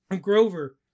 Grover